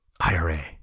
IRA